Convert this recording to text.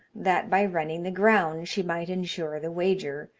that by running the ground she might ensure the wager,